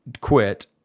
quit